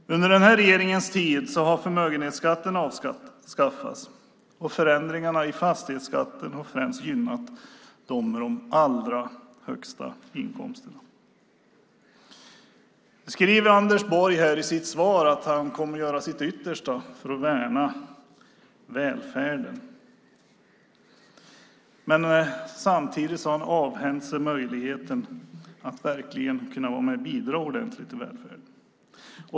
Under den här regeringens tid har förmögenhetsskatten avskaffats, och förändringarna av fastighetsskatten har gynnat främst dem med de allra högsta inkomsterna. Nu skriver Anders Borg i sitt svar att han kommer att göra sitt yttersta för att värna välfärden. Men samtidigt har han avhänt sig möjligheten att verkligen vara med och bidra ordentligt till välfärden.